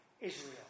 Israel